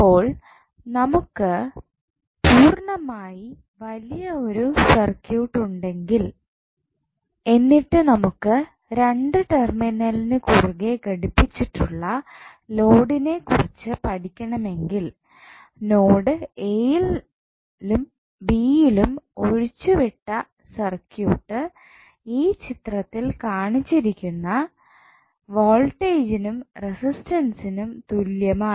അപ്പോൾ നമുക്ക് പൂർണമായി വലിയ ഒരു സർക്യൂട്ട് ഉണ്ടെങ്കിൽ എന്നിട്ട് നമുക്ക് 2 ടെർമിനലിനു കുറുകെ ഘടിപ്പിച്ചിട്ടുള്ള ലോഡിനെക്കുറിച്ച് പഠിക്കണമെങ്കിൽ നോഡ് a യിലും b യിലും ഒഴിച്ചുവിട്ട സർക്യൂട്ട് ഈ ചിത്രത്തിൽ കാണിച്ചിരിക്കുന്ന വോൾട്ടേജിനും റെസിസ്റ്റൻസ്സീനും തുല്യമാണ്